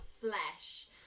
flesh